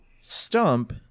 stump